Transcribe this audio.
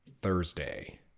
Thursday